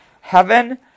Heaven